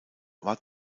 war